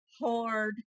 hard